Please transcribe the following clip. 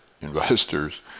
investors